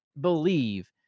believe